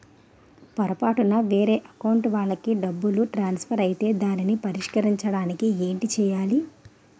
పొరపాటున వేరే అకౌంట్ వాలికి డబ్బు ట్రాన్సఫర్ ఐతే దానిని పరిష్కరించడానికి ఏంటి చేయాలి?